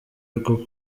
rwo